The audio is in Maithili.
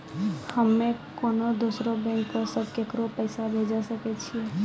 हम्मे कोनो दोसरो बैंको से केकरो पैसा भेजै सकै छियै कि?